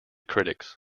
critics